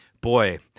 boy